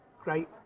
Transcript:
great